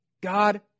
God